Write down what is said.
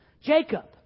Jacob